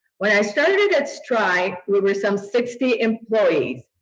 when i started at stri we were some sixty employees.